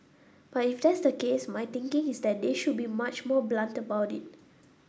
but if that's the case my thinking is that they should be much more blunt about it